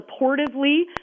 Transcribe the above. supportively